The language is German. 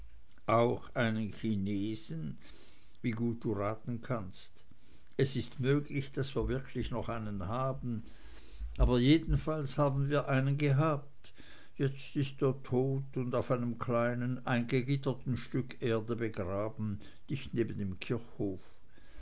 auch einen chinesen wie gut du raten kannst es ist möglich daß wir wirklich noch einen haben aber jedenfalls haben wir einen gehabt jetzt ist er tot und auf einem kleinen eingegitterten stück erde begraben dicht neben dem kirchhof